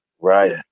Right